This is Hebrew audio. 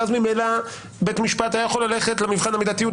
ואז ממילא בית המשפט היה יכול ללכת למבחן המידתיות,